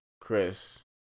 Chris